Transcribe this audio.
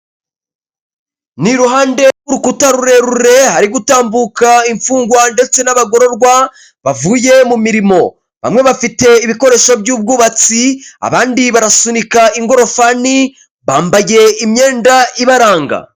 Ni iruhande rw'urukuta rurerure ari gutambuka imfungwa ndetse n'abagororwa bavuye mu mirimo bamwe bafite ibikoresho by'ubwubatsi abandi barasunika ingorofani bambagiye imyenda ibaranga.